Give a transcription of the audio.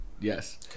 Yes